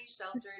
sheltered